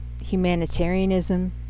humanitarianism